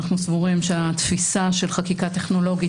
אנו סבורים שהתפיסה של חקיקה טכנולוגית